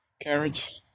Carriage